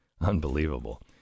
Unbelievable